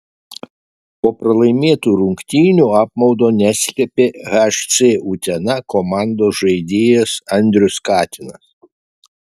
po pralaimėtų rungtynių apmaudo neslėpė hc utena komandos žaidėjas andrius katinas